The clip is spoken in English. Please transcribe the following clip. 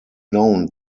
known